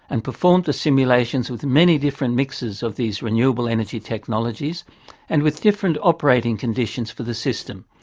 and performed the simulations with many different mixes of these renewable energy technologies and with different operating conditions for the system.